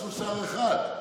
תעשו שר אחד.